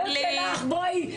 הצביעות שלך, בואי.